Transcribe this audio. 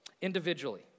individually